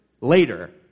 later